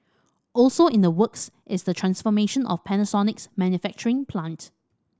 also in the works is the transformation of Panasonic's manufacturing plant